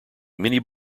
many